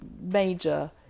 major